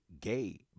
gay